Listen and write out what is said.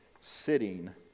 sitting